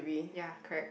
ya correct